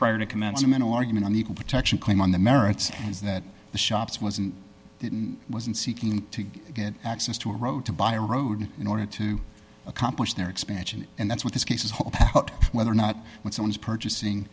prior to commence a mental argument on the protection claim on the merits is that the shops wasn't didn't wasn't seeking to get access to a road to buy a road in order to accomplish their expansion and that's what this case is whole pack whether or not when someone's purchasing